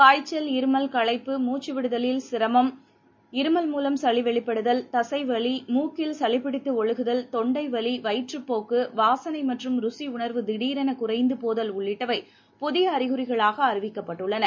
காய்ச்சல் இருமல் களைப்பு மூச்சுவிடுதலில் சிரமம் இருமல் மூலம் சளிவெளிபடுதல் தசைவலி மூக்கில் சளிபிடித்துஒழுகுதல் தொண்டைவலி வயிற்றுப்போக்கு வாசனைமற்றும் சுவைஉணர்வு திடீரெனகுறைந்துபோதல் உள்ளிட்டவை புதியஅறிகுறிகளாகஅறிவிக்கப்பட்டுள்ளன